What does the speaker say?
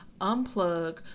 unplug